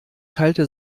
teilte